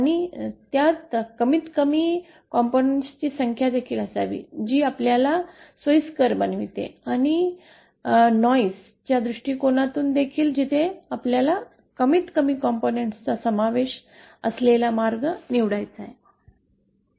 आणि त्यात कमीतकमी घटकांची संख्या देखील असावी जी आपल्याला सोयीस्कर बनविते आणि गोंगाट च्या दृष्टीकोनातून देखील जिथे आपल्याला कमीतकमी घटकांचा समावेश असलेला मार्ग निवडायचा आहे